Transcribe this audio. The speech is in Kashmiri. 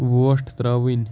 وۄٹھ ترٛاوٕنۍ